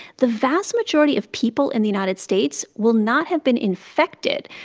the vast majority of people in the united states will not have been infected,